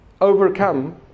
overcome